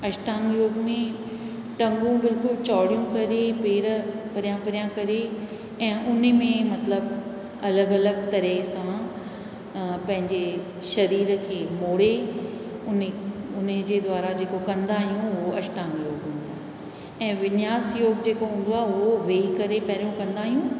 अष्टांग योग में टंगूं बिल्कुलु चौड़ियूं करे पेर परियां परियां करे त उने में मतिलबु अलॻि अलॻि तरह सां पंहिंजे शरीर खे मोड़े उने उने जे द्वारा जेको कंदा आहियूं उहो अष्टांग योग हूंदो आहे ऐं विनियास योग जेको हूंदो आहे उहो वेही करे पहिरयों कंदा आहियूं